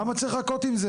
למה צריך לחכות עם זה?